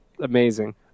amazing